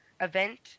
event